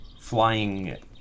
flying